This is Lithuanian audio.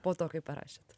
po to kai parašėt